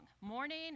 morning